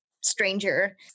stranger